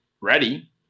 ready